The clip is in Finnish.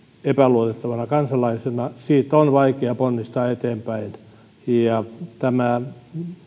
epäluotettavana kansalaisena siitä on vaikea ponnistaa eteenpäin tämä